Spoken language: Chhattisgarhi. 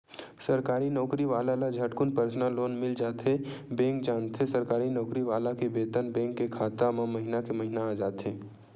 सरकारी नउकरी वाला ल झटकुन परसनल लोन मिल जाथे बेंक जानथे सरकारी नउकरी वाला के बेतन बेंक के खाता म महिना के महिना आ जाथे